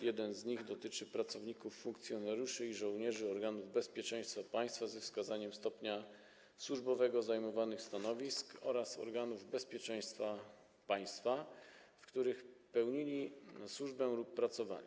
Jeden z nich dotyczy pracowników, funkcjonariuszy i żołnierzy organów bezpieczeństwa państwa, ze wskazaniem stopnia służbowego zajmowanych stanowisk oraz organów bezpieczeństwa państwa, w których pełnili służbę lub pracowali.